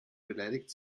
beleidigt